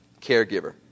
caregiver